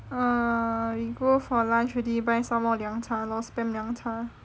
err we go for lunch already buy somemore 凉茶 lor spam 凉茶